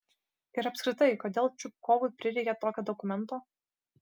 ir apskritai kodėl čupkovui prireikė tokio dokumento